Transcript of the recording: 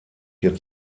hier